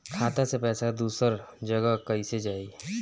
खाता से पैसा दूसर जगह कईसे जाई?